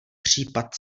případ